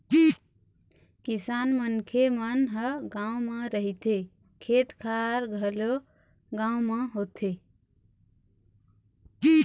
किसान मनखे मन ह गाँव म रहिथे, खेत खार घलोक गाँव म होथे